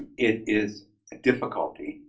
it is a difficulty